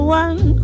one